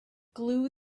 glue